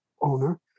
owner